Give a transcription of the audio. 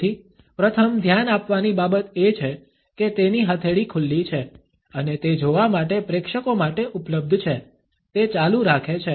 તેથી પ્રથમ ધ્યાન આપવાની બાબત એ છે કે તેની હથેળી ખુલ્લી છે અને તે જોવા માટે પ્રેક્ષકો માટે ઉપલબ્ધ છે તે ચાલુ રાખે છે